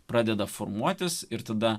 pradeda formuotis ir tada